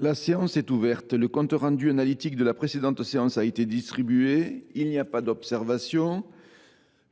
La séance est ouverte. Le compte rendu analytique de la précédente séance a été distribué. Il n’y a pas d’observation ?…